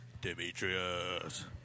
Demetrius